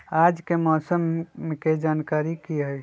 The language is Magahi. आज के मौसम के जानकारी कि हई?